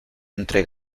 entre